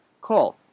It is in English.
Call